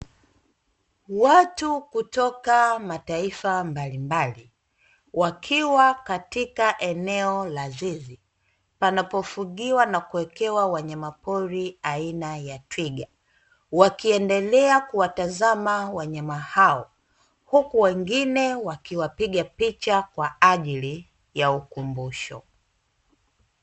Watu kutoka mataifa mbalimbali wakiwa katika eneo la zizi panapofugiwa na kuwekewa wanyama pori aina ya twiga wakiendelea kuwatazama wanyama hao, huku wengine wakiwapiga picha kwa ajili ya ukumbusho.